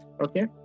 Okay